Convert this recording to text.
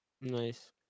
Nice